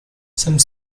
some